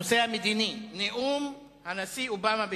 הנושא המדיני: נאום הנשיא אובמה בקהיר,